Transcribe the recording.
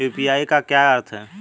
UPI का क्या अर्थ है?